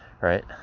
right